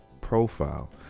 profile